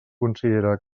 considera